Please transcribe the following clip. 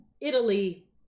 Italy